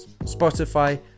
Spotify